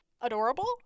adorable